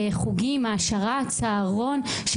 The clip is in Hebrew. חוגים, העשרה, צהרון.